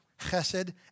chesed